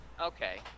okay